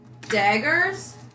daggers